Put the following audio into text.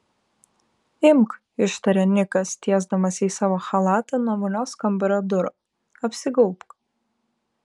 imk ištarė nikas tiesdamas jai savo chalatą nuo vonios kambario durų apsigaubk